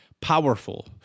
powerful